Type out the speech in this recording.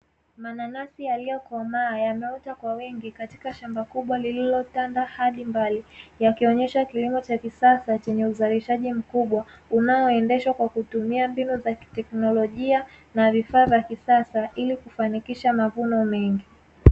Mananasi yaliyokomaa yameota kwa wingi katika shamba kubwa lililotanda hadi mbali, yakionyesha kilimo cha kisasa chenye uzalishaji mkubwa unaoendeshwa kwa kutumia mbinu za teknolojia na vifaa vya kisasa ili kufanikisha mavuno mengi.